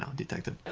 um detective.